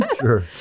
Sure